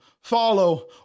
follow